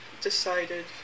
decided